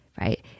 Right